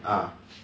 ah